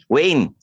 Wayne